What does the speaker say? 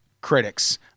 critics